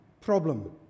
problem